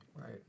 Right